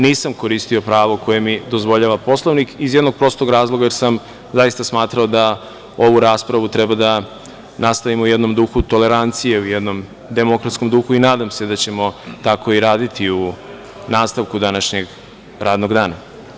Nisam koristio pravo koje mi dozvoljava Poslovnik iz jednog prostog razloga, jer sam zaista smatrao da ovu raspravu treba da nastavimo u jednom duhu tolerancije, u jednom demokratskom duhu i nadam se da ćemo tako i raditi u nastavku današnjeg radnog dana.